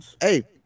Hey